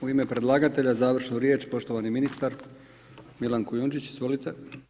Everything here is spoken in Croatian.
U ime predlagatelja završnu riječ poštovani ministar Milan Kujundžić, izvolite.